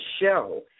show